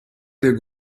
del